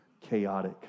chaotic